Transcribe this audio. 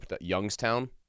Youngstown